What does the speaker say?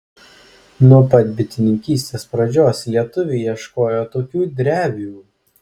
nuo pat bitininkystės pradžios lietuviai ieškojo tokių drevių